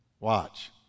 Watch